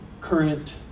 current